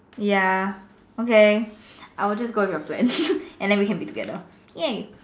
ya okay I will just go with your plan and then we can be together !yay!